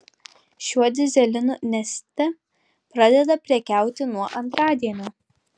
šiuo dyzelinu neste pradeda prekiauti nuo antradienio